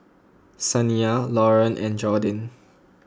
Saniyah Lauren and Jordin